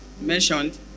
mentioned